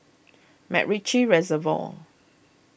MacRitchie Reservoir